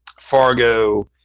Fargo